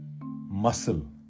muscle।